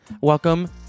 welcome